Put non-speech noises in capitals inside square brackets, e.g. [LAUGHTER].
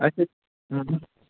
[UNINTELLIGIBLE]